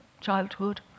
childhood